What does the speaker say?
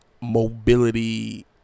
mobility